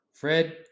Fred